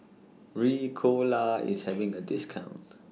Ricola IS having A discount